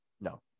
No